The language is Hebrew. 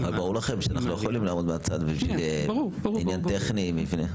אבל ברור לכם שאנחנו לא יכולים לעמוד מהצד בגלל עניין טכני עם מבנה.